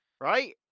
Right